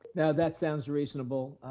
yeah that sounds reasonable.